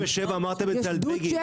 ב-1977 אמרתם את זה על בגין.